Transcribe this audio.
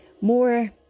more